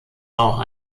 auch